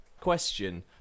question